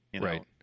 Right